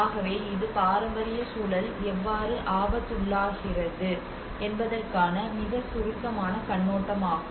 ஆகவே இது பாரம்பரியச் சூழல் எவ்வாறு ஆபத்துக்குள்ளாகிறது என்பதற்கான மிகச் சுருக்கமான கண்ணோட்டமாகும்